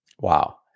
Wow